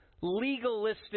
legalistic